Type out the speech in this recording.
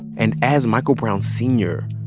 and as michael brown sr.